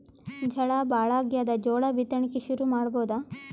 ಝಳಾ ಭಾಳಾಗ್ಯಾದ, ಜೋಳ ಬಿತ್ತಣಿಕಿ ಶುರು ಮಾಡಬೋದ?